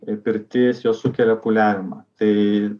ir pirtis jos sukelia pūliavimą tai